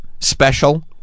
special